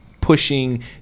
pushing